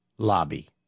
LOBBY